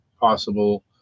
possible